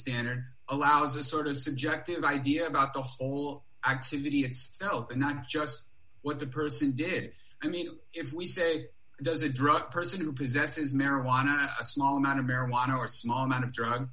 standard allows a sort of subjective idea about the whole activity itself and not just what the person did i mean if we say does a drug person who possesses marijuana a small amount of marijuana or small amount of drug